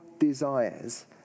desires